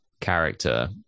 Character